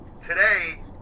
today